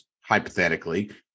hypothetically